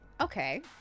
Okay